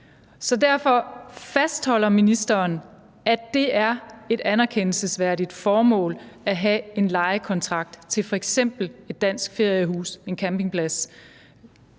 Så derfor: Fastholder ministeren, at det er et anerkendelsesværdigt formål at have en lejekontrakt til f.eks. et dansk feriehus, en campingplads?